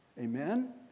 Amen